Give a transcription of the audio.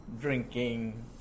drinking